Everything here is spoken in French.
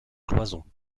cloisons